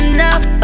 Enough